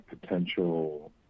potential